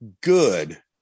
good